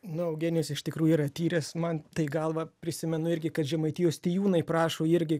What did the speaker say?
nu eugenijus iš tikrųjų yra tyręs man tai gal va prisimenu irgi kad žemaitijos tijūnai prašo irgi